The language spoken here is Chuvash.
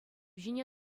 ҫине